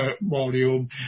volume